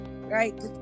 Right